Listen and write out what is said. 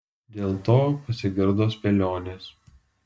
dėl to pasigirdo spėlionės